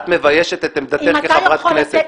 את מביישת את עמדתך כחברת כנסת.